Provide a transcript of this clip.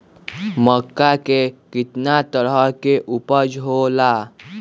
मक्का के कितना तरह के उपज हो ला?